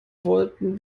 wollten